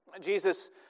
Jesus